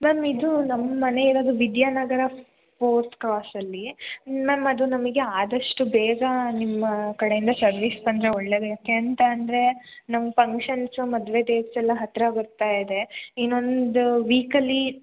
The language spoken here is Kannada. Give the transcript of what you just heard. ಮ್ಯಾಮ್ ಇದು ನಮ್ಮ ಮನೆ ಇರೋದು ವಿದ್ಯಾನಗರ ಫೋರ್ತ್ ಕ್ರಾಸಲ್ಲಿ ಮ್ಯಾಮ್ ಅದು ನಮಗೆ ಆದಷ್ಟು ಬೇಗ ನಿಮ್ಮ ಕಡೆಯಿಂದ ಸರ್ವಿಸ್ ಬಂದರೆ ಒಳ್ಳೇದೆ ಯಾಕೆ ಅಂತ ಅಂದರೆ ನಮ್ಮ ಫಂಕ್ಷನ್ಸು ಮದುವೆ ಡೇಟ್ಸ್ ಎಲ್ಲ ಹತ್ತಿರ ಬರ್ತಾ ಇದೆ ಇನ್ನೊಂದು ವೀಕಲ್ಲಿ